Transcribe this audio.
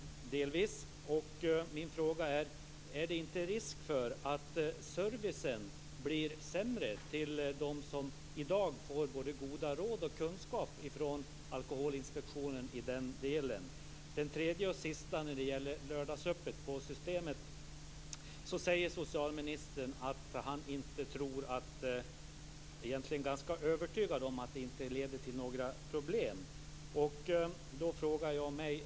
Min fråga är om det inte finns risk för att servicen blir sämre till dem som i dag får både goda råd och kunskap från Alkoholinspektionen i den delen. Systemet. Socialministern säger att han egentligen är ganska övertygad om att det inte leder till några problem.